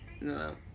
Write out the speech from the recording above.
No